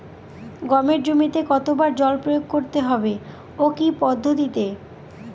গমের জমিতে কতো বার জল প্রয়োগ করতে হবে ও কি পদ্ধতিতে?